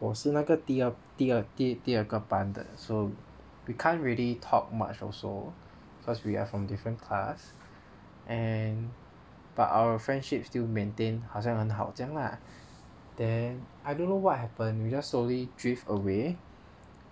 我是那个第二第二第二个班的 so we can't really talk much also cause we are from different class and but our friendship still maintain 好像很好这样 lah then I don't know what happened you just slowly drift away